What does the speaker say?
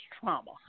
trauma